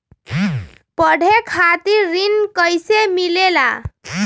पढे खातीर ऋण कईसे मिले ला?